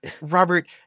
Robert